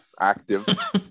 active